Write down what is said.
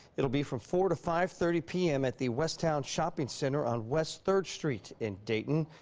it'll be from four to five thirty p m at the westown shopping center on west third street in dayton.